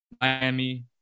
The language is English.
Miami